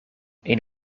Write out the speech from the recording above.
een